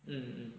mm